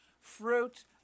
fruit